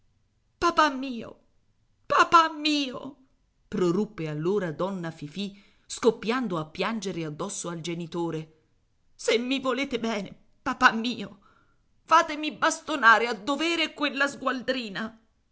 papà mio papà mio proruppe allora donna fifì scoppiando a piangere addosso al genitore se mi volete bene papà mio fatemi bastonare a dovere quella sgualdrina